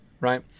right